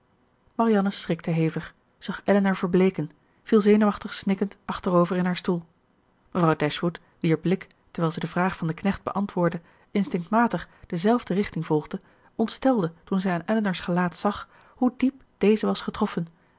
marianne schrikte hevig zag elinor verbleeken viel zenuwachtig snikkend achterover in haar stoel mevrouw dashwood wier blik terwijl zij de vraag van den knecht beantwoordde instinctmatig dezelfde richting volgde ontstelde toen zij aan elinor's gelaat zag hoe diep deze was getroffen